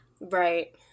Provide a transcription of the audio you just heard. Right